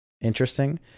interesting